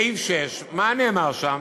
סעיף (6), מה נאמר שם?